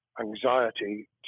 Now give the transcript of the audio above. anxiety